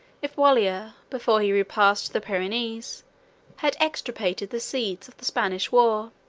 if wallia, before he repassed the pyrenees, had extirpated the seeds of the spanish war.